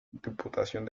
diputación